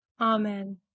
Amen